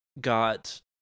got